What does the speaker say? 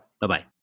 Bye-bye